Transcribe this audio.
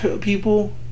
people